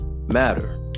matter